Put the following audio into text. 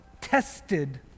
tested